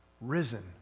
risen